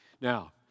Now